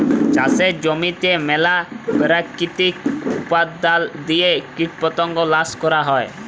চাষের জমিতে ম্যালা পেরাকিতিক উপাদাল দিঁয়ে কীটপতঙ্গ ল্যাশ ক্যরা হ্যয়